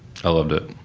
i loved it.